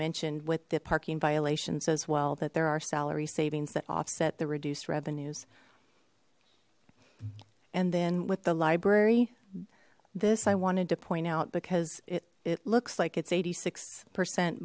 mentioned with the parking violations as well that there are salary savings that offset the reduced revenues and then with the library this i wanted to point out because it it looks like it's eighty six percent